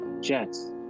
Jets